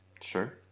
sure